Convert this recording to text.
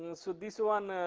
and so this one,